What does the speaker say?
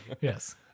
Yes